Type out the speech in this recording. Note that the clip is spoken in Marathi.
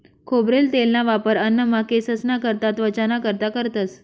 खोबरेल तेलना वापर अन्नमा, केंससना करता, त्वचाना कारता करतंस